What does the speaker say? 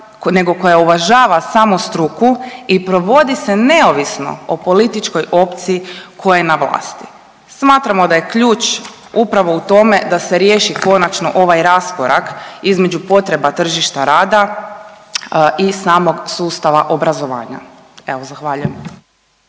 nego koja uvažava samu struku i provodi se neovisno o političkoj opciji koja je na vlasti. Smatramo da je ključ upravo u tome da se riješi konačno ovaj raskorak između potreba tržišta rada i samog sustava obrazovanja. Evo zahvaljujem.